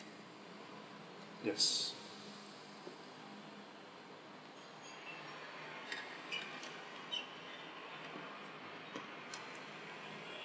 yes